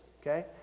Okay